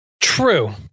True